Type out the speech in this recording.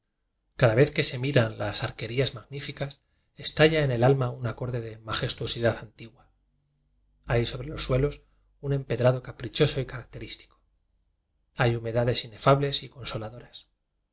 cada vez que se miran las arquerías magníficas estalla en el alma un acorde de majestuosidad antigua hay sobre los sue los un empedrado caprichoso y caracterís tico hay humedades inefables y consola